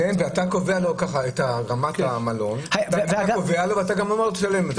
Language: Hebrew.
אתה קובע לו את רמת המלון ואתה גם אומר לו לשלם.